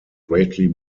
greatly